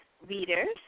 readers